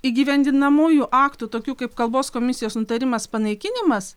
įgyvendinamųjų aktų tokių kaip kalbos komisijos nutarimas panaikinimas